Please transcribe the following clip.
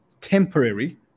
temporary